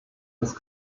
des